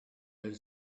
elle